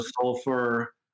sulfur